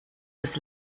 des